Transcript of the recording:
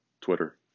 Twitter